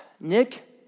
Nick